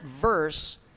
verse